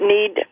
Need